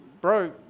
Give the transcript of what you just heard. bro